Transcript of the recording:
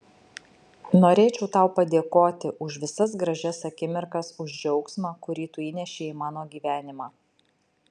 norėčiau tau padėkoti už visas gražias akimirkas už džiaugsmą kurį tu įnešei į mano gyvenimą